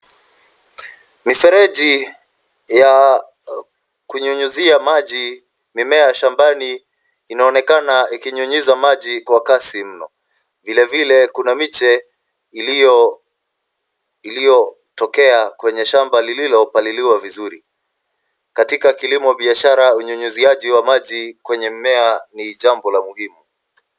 Mifereji ya kunyunyuzia maji mimea shambani inaonekana yakinyunyiza maji kwa kasi mno. Vilevile kuna miche iliyotokea kwenye shamba lililopaliliwa vizuri. Katika kilimo biashara, unyunyiziaji wa maji kwenye mmea ni jambo la muhimu.